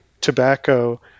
tobacco